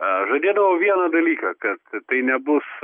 aš žadėdavau vieną dalyką kad tai nebus